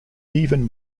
even